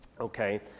Okay